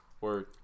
Word